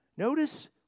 Notice